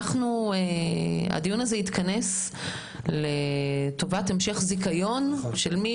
הדיון הנוכחי עוסק בהמשך זיכיון של מי